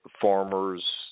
farmers